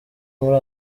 muri